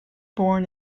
born